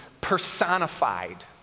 personified